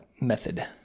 method